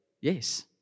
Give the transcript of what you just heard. yes